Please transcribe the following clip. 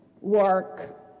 work